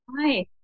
Hi